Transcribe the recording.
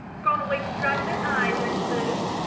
gone away to dry her eyes, i suppose?